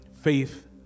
faith